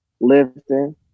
lifting